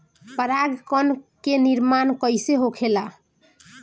पराग कण क निर्माण कइसे होखेला?